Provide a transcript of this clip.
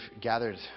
gathered